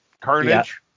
Carnage